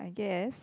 I guess